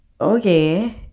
okay